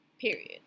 Period